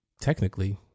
technically